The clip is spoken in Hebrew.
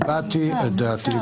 הבעתי את דעתי.